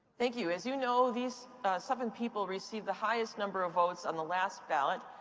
thank you. as you know, these seven people received the highest number of votes on the last ballot.